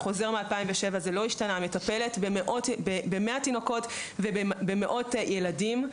מטפלת במאה תינוקות ובמאות ילדים.